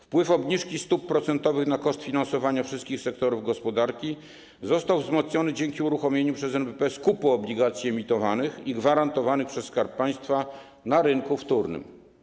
Wpływ obniżki stóp procentowych na koszt finansowania wszystkich sektorów gospodarki został wzmocniony dzięki uruchomieniu przez NBP skupu obligacji emitowanych i gwarantowanych przez Skarb Państwa na rynku wtórnym.